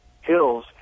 hills